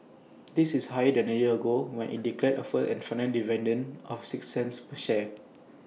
this is higher than A year ago when IT declared A first and final dividend of six cents per share